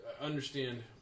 understand